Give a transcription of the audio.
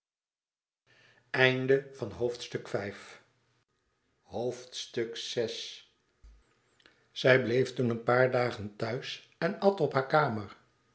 aargang ij bleef toen een paar dagen thuis en at op hare kamer